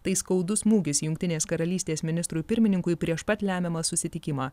tai skaudus smūgis jungtinės karalystės ministrui pirmininkui prieš pat lemiamą susitikimą